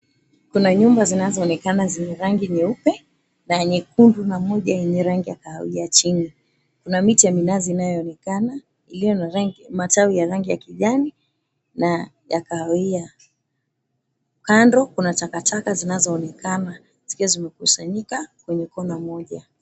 Kuna nyumba zinazooenakana zenye rangi nyeupe na nyekundu na moja yenye rangi ya kahawia chini kuna miti ya minazi inayoonekana iliyo na matawi ya rangi ya kijani na kahawia kando kuna takataka zinazoonekana zikiwa zimekusanyika kwenye kona moja.